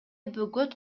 бөгөт